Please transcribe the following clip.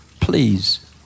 Please